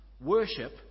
worship